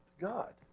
God